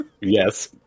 Yes